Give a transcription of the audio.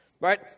right